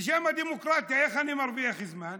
בשם הדמוקרטיה, איך אני מרוויח זמן?